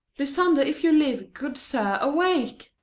lysander, if you live, good sir, awake.